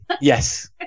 Yes